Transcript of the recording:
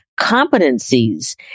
competencies